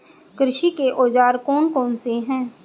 कृषि के औजार कौन कौन से हैं?